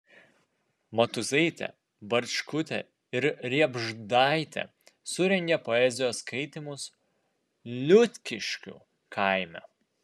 matuizaitė barčkutė ir riebždaitė surengė poezijos skaitymus liutkiškių kaime